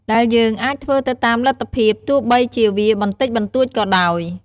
ដែលយើងអាចធ្វើទៅតាមលទ្ធភាព ទោះបីជាវាបន្តិចបន្តួចក៏ដោយ។